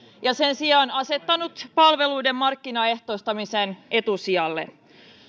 ja sen sijaan asettanut palveluiden markkinaehtoistamisen etusijalle